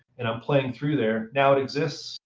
and i'm playing through there, now it exists,